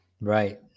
Right